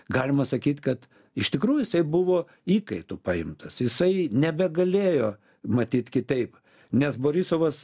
galima sakyt kad iš tikrųjų jisai buvo įkaitu paimtas jisai nebegalėjo matyt kitaip nes borisovas